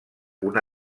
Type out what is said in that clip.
una